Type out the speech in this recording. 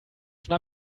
schon